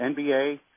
NBA